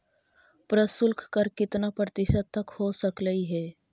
प्रशुल्क कर कितना प्रतिशत तक हो सकलई हे?